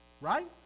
Right